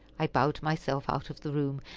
i bowed myself out of the room,